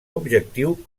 objectiu